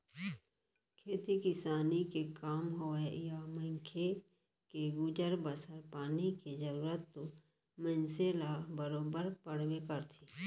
खेती किसानी के काम होवय या मनखे के गुजर बसर पानी के जरूरत तो मनसे ल बरोबर पड़बे करथे